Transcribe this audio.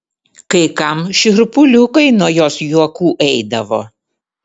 kai kam šiurpuliukai nuo jos juokų eidavo